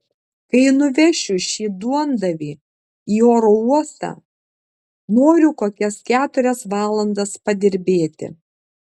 kai nuvešiu šį duondavį į oro uostą noriu kokias keturias valandas padirbėti